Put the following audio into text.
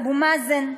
אבו מאזן,